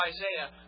Isaiah